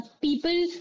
people